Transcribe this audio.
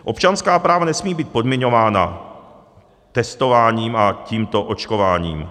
Občanská práva nesmí být podmiňována testováním a tímto očkováním.